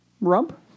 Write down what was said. Rump